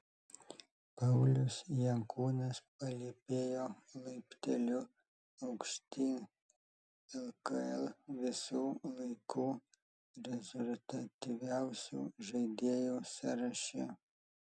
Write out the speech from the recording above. paulius jankūnas palypėjo laipteliu aukštyn lkl visų laikų rezultatyviausių žaidėjų sąraše